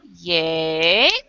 Yay